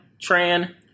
Tran